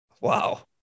Wow